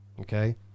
okay